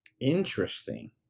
Interesting